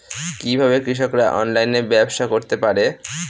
কিভাবে কৃষকরা অনলাইনে ব্যবসা করতে পারে?